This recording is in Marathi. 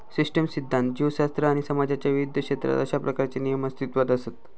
सिस्टीम सिध्दांत, जीवशास्त्र आणि समाजाच्या विविध क्षेत्रात अशा प्रकारचे नियम अस्तित्वात असत